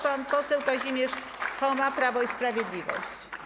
Pan poseł Kazimierz Choma, Prawo i Sprawiedliwość.